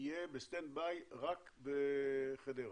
יהיה ב-standby רק בחדרה?